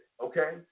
okay